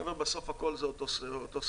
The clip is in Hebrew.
בסוף הכול זה אותו סיפור,